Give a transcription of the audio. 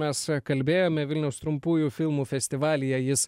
mes kalbėjome vilniaus trumpųjų filmų festivalyje jis